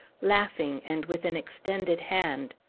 laughing, and with an extended hand.